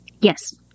yes